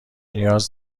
نیاز